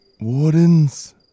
Wardens